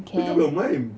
make up your mind